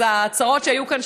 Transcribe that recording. אז ההצהרות שהיו כאן,